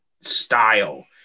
style